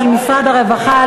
משרד הרווחה,